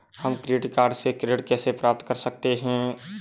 हम credit card से ऋण कैसे प्राप्त कर सकते हैं?